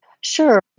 Sure